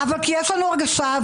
כי יש לנו הרגשה,